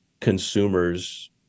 consumers